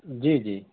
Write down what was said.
جی جی